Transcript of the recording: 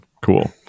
Cool